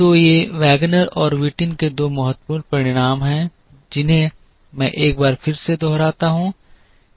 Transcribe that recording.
तो ये वैगनर और व्हिटिन के दो महत्वपूर्ण परिणाम हैं जिन्हें मैं एक बार फिर से दोहराता हूं